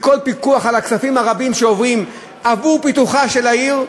מכל פיקוח על הכספים הרבים שעוברים עבור פיתוחה של העיר,